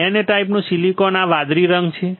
N ટાઈપનું silicon આ વાદળી રંગ છે